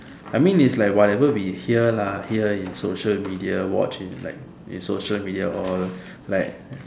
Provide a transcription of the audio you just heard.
I mean like it's like whatever we hear lah hear in social media watch in like in social media all like